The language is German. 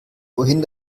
wohin